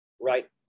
Right